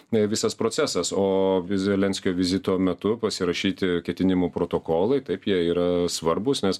ne visas procesas o vizija lenskio vizito metu pasirašyti ketinimų protokolai taip jie yra svarbūs nes